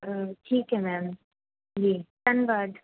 ਠੀਕ ਹੈ ਮੈਮ ਜੀ ਧੰਨਵਾਦ